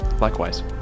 Likewise